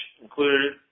included